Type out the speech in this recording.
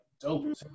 dope